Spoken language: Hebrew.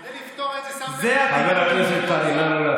כדי לפתור את אותם, חבר הכנסת קרעי, נא לא להפריע.